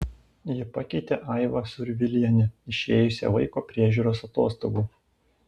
ji pakeitė aivą survilienę išėjusią vaiko priežiūros atostogų